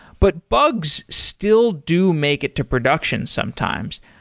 but bugs still do make it to production sometimes.